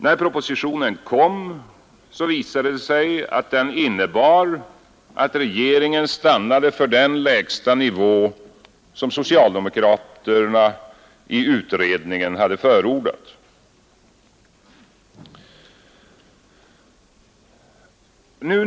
När propositionen kom visade det sig att den innebar att regeringen stannade för den lägsta nivå som socialdemokraterna i utredningen hade förordat.